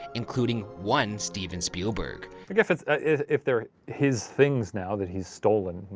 including one steven spielberg. i guess if, if they're his things now that he's stolen,